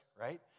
right